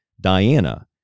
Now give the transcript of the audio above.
Diana